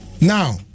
Now